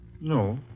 No